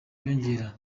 wiyongera